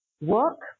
Work